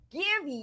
give